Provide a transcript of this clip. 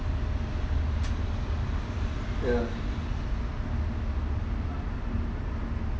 ya